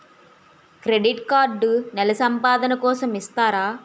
Credit card నెల సంపాదన కోసం ఇస్తారా?